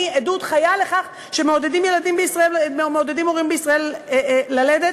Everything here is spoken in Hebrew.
אני עדות חיה לכך שמעודדים הורים בישראל ללדת,